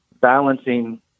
balancing